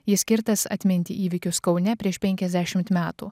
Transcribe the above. jis skirtas atminti įvykius kaune prieš penkiasdešimt metų